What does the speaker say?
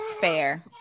fair